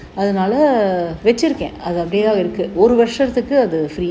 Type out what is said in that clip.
mm